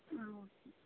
ஆ okay